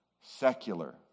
secular